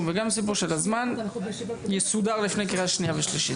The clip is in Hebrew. וגם הסיפור של הזמן יסודר לפני קריאה שנייה ושלישית.